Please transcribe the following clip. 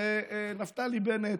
ונפתלי בנט,